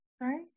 sorry